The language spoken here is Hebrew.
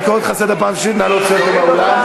אתה לא צנזור, אתה לא תגיד לי מה להגיד.